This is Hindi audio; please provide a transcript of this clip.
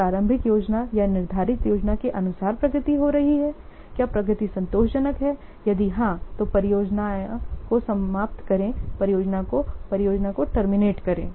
क्या प्रारंभिक योजना या निर्धारित योजना के अनुसार प्रगति हो रही है क्या प्रगति संतोषजनक है यदि हाँ तो परियोजना को समाप्त करें परियोजना को परियोजना को टर्मिनेट करें